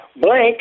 Blank